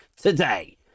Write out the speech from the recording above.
today